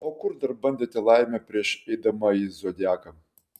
o kur dar bandėte laimę prieš eidama į zodiaką